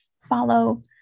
follow